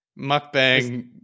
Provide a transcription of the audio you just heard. mukbang